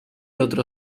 otro